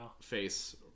face